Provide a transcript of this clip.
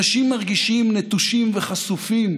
אנשים מרגישים נטושים וחשופים,